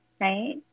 right